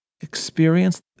experience